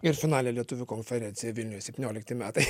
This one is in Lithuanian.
ir finale lietuvių konferencija vilniuje septyniolikti metai